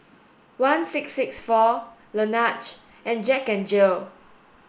one six six four Laneige and Jack N Jill